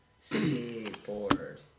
Skateboard